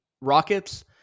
Rockets